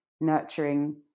nurturing